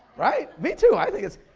right? me too. i think it's,